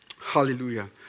Hallelujah